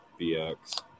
BX